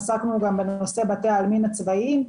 עסקנו גם בנושא בתי העלמין הצבאיים.